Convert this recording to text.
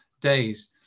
days